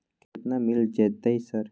केतना मिल जेतै सर?